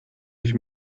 ich